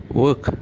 work